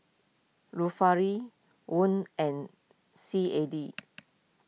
Won and C A D